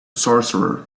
sorcerer